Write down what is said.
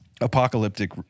apocalyptic